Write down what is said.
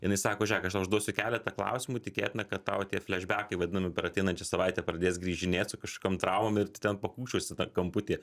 jinai sako žiūrėk aš tau užduosiu keletą klausimų tikėtina kad tau tie flešbekai vadinami per ateinančią savaitę pradės grįžinėt su kažkokiom traumom ir tu ten pakūkčiosi kamputy